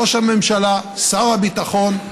ראש הממשלה, שר הביטחון,